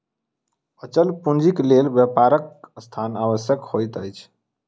अचल पूंजीक लेल व्यापारक स्थान आवश्यक होइत अछि